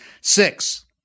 Six